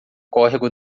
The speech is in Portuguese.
córrego